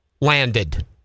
landed